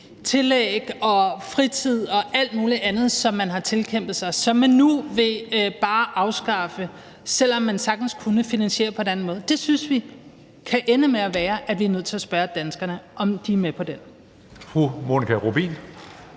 tillæg, i den fritid og alt muligt andet, som de har tilkæmpet sig, og som man nu bare vil afskaffe, selv om man sagtens kunne finansiere det på en anden måde. Det synes vi kan ende med at betyde, at vi er nødt til spørge danskerne, om de er med på den.